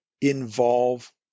involve